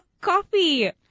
coffee